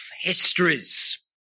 histories